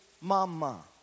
mama